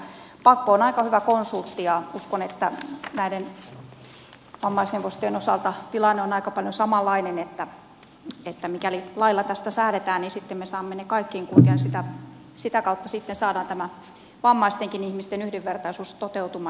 pakko on aika hyvä konsultti ja uskon että näiden vammaisneuvostojen osalta tilanne on aika paljon samanlainen että mikäli lailla tästä säädetään niin sitten me saamme ne kaikkiin kuntiin ja sitä kautta sitten saadaan tämä vammaistenkin ihmisten yhdenvertaisuus toteutumaan